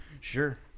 Sure